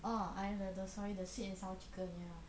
orh I the the sorry the sweet and sour chicken ya